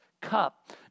cup